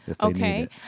Okay